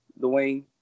Dwayne